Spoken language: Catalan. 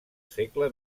segle